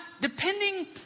depending